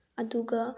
ꯑꯗꯨꯒ